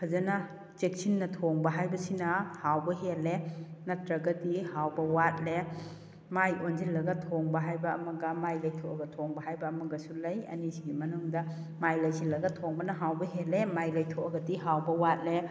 ꯐꯖꯅ ꯆꯦꯛꯁꯤꯟꯅ ꯊꯣꯡꯕ ꯍꯥꯏꯕꯁꯤꯅ ꯍꯥꯎꯕ ꯍꯦꯜꯂꯦ ꯅꯠꯇ꯭ꯔꯒꯗꯤ ꯍꯥꯎꯕ ꯋꯥꯠꯂꯦ ꯃꯥꯏ ꯑꯣꯟꯁꯤꯜꯂꯒ ꯊꯣꯡꯕ ꯍꯥꯏꯕ ꯑꯃꯒ ꯃꯥꯏ ꯂꯩꯊꯣꯛꯑꯒ ꯊꯣꯡꯕ ꯍꯥꯏꯕ ꯑꯃꯒꯁꯨ ꯂꯩ ꯑꯅꯤꯁꯤꯒꯤ ꯃꯅꯨꯡꯗ ꯃꯥꯏ ꯂꯩꯁꯤꯜꯂꯒ ꯊꯣꯡꯕꯅ ꯍꯥꯎꯕ ꯍꯦꯜꯂꯦ ꯃꯥꯏ ꯂꯩꯊꯣꯛꯑꯒꯗꯤ ꯍꯥꯎꯕ ꯋꯥꯠꯂꯦ